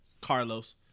Carlos